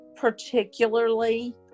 particularly